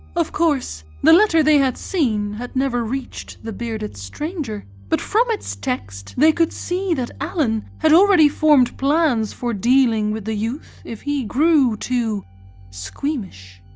of course, the letter they had seen had never reached the bearded stranger but from its text they could see that allen had already formed plans for dealing with the youth if he grew too squeamish.